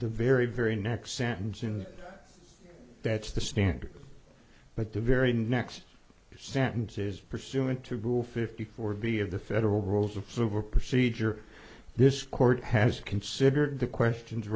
the very very next sentence and that's the standard but the very next sentence is pursuant to rule fifty four b of the federal rules of civil procedure this court has considered the questions